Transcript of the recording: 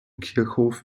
kirchhof